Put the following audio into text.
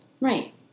Right